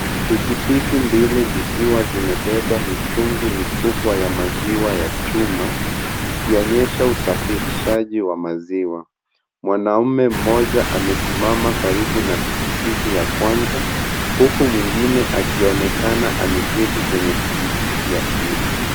Pikipiki mbili zikiwa zimebeba mitungi mikubwa ya maziwa ya chuma, ikionyesha usafirishaji wa maziwa. Mwanaume mmoja amesimama karibu na pikipiki ya kwanza huku mwingine akionekana ameketi kwenye pikipiki ya pili.